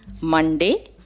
monday